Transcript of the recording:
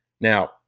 Now